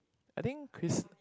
I think Chris